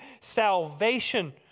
salvation